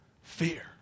Fear